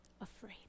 afraid